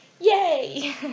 Yay